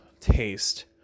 taste